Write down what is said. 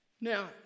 Now